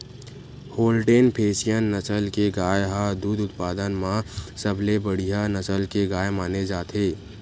Holstein Friesian नसल के गाय ह दूद उत्पादन म सबले बड़िहा नसल के गाय माने जाथे